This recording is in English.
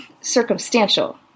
circumstantial